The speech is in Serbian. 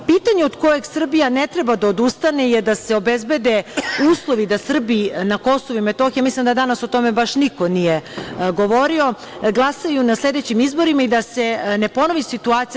Pitanje od kojeg Srbija ne treba da odustane je da se obezbede uslovi da Srbi na Kosovu i Metohiji, mislim da danas o tome baš niko nije govorio, glasaju na sledećim izborima i da se ne ponovi situacija…